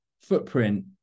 footprint